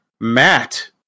Matt